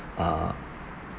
uh